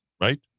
right